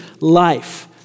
life